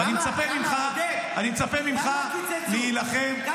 ואני מצפה ממך להילחם --- עודד, כמה קיצצו?